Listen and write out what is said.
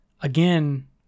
Again